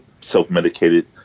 self-medicated